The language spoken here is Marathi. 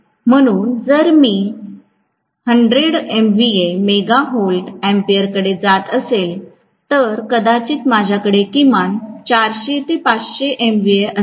म्हणून जर मी 100 एमव्हीए मेगा व्होल्ट अँम्पीयरकडे जात असेल तर कदाचित माझ्याकडे किमान 400 500 एमव्हीए असेल